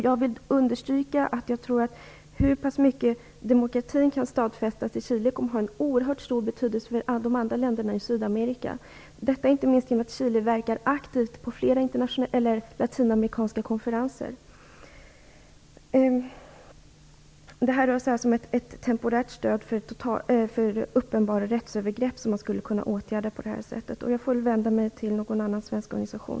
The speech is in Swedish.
Jag vill understryka att jag tror att det kommer att ha en oerhört stor betydelse för de andra länderna i Sydamerika hur mycket demokratin kan stadfästas i Chile, inte minst genom att Chile verkar aktivt på flera latinamerikanska konferensen. Det rör sig alltså om ett temporärt stöd mot uppenbara rättsövergrepp. Jag får väl vända mig till någon annan svensk organisation.